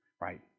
right